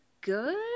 good